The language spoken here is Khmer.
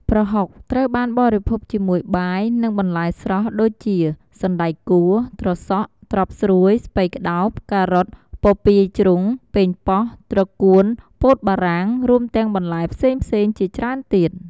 ប្រហុកត្រូវបានបរិភោគជាមួយបាយ និងបន្លែស្រស់ ដូចជា សណ្ដែកគួរ ត្រសក់ ត្រប់ស្រួយ ស្ពៃក្ដោប ការ៉ុត ពពាយជ្រុង ប៉េងប៉ោះ ត្រកួន ពោតបារាំង រួមទាំងបន្លែផ្សេងៗជាច្រើនទៀត។